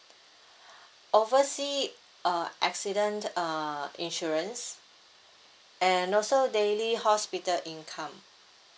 oversea uh accident uh insurance and also daily hospital income